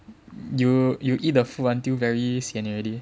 you you eat the food until very sian already